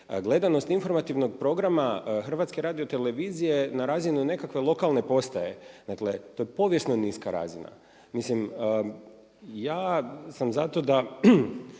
gledanost informativnog programa HRT-a na razini nekakve lokalne postaje dakle to je povijesno niska razina. Mislim, ja sam za to da